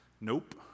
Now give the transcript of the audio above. nope